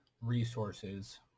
resources